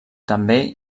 també